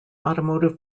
automotive